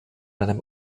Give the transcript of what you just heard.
einem